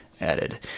added